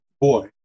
boy